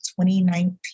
2019